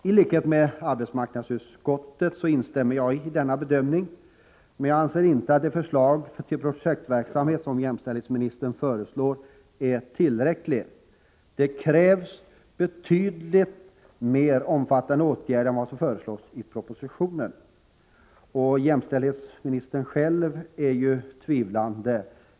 I likhet med arbetsmarknadsutskottets majoritet instämmer jag i denna bedömning, men jag anser inte att det förslag till projektverksamhet som jämställdhetsministern presenterar är tillräckligt. Det krävs betydligt mer omfattande åtgärder än vad som föreslås i propositionen. Jämställdhetsministern själv är ju tvivlande.